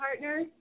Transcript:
partner